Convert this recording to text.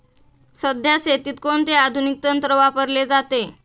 सध्या शेतीत कोणते आधुनिक तंत्र वापरले जाते?